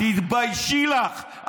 תתביישי לך,